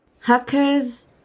Hackers